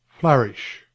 Flourish